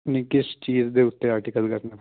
ਜੀ ਕਿਸ ਚੀਜ਼ ਦੇ ਉੱਤੇ ਆਰਟੀਕਲ ਕਰਨਾ